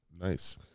nice